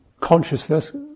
consciousness